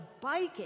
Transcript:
biking